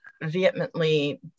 vehemently